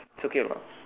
it's okay lah